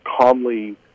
calmly